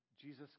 Jesus